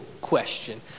question